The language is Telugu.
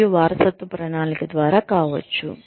మరియు వారసత్వ ప్రణాళిక ద్వారా కావచ్చు